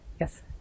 Yes